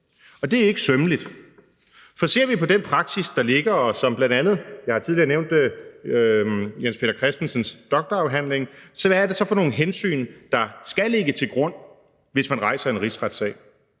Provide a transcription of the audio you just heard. Og det er ikke sømmeligt, for ser vi på den praksis, der ligger – og jeg har tidligere nævnt Jens Peter Christensens doktorafhandling – hvad er det så for nogle hensyn, der skal ligge til grund, hvis man rejser en rigsretssag?